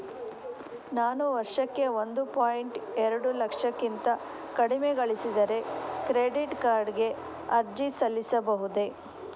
ನಾನು ವರ್ಷಕ್ಕೆ ಒಂದು ಪಾಯಿಂಟ್ ಎರಡು ಲಕ್ಷಕ್ಕಿಂತ ಕಡಿಮೆ ಗಳಿಸಿದರೆ ಕ್ರೆಡಿಟ್ ಕಾರ್ಡ್ ಗೆ ಅರ್ಜಿ ಸಲ್ಲಿಸಬಹುದೇ?